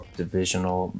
divisional